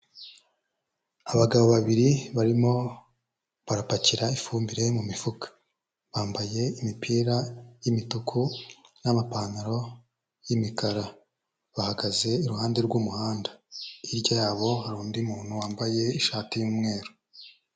Abagabo babiri barimo barapakira ifumbire mu mifuka, bambaye imipira y'imituku n'amapantaro y'imikara, bahagaze iruhande rw'umuhanda, hirya yabo hari undi muntu wambaye ishati y'umweru.